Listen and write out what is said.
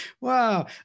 Wow